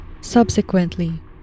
Subsequently